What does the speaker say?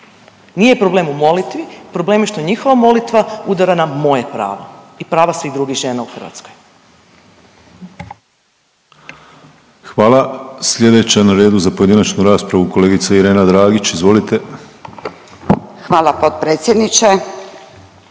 Nije problem u molitvi. Problem je što njihova molitva udara na moje pravo i prava svih drugih žena u Hrvatskoj. **Penava, Ivan (DP)** Hvala. Sljedeća na redu za pojedinačnu raspravu kolegica Irena Dragić, izvolite. **Dragić, Irena